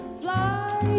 fly